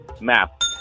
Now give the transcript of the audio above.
Map